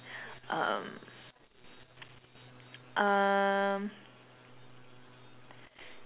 um um